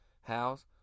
house